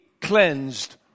cleansed